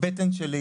הבטן שלי